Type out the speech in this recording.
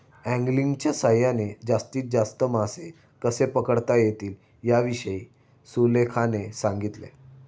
अँगलिंगच्या सहाय्याने जास्तीत जास्त मासे कसे पकडता येतील याविषयी सुलेखाने सांगितले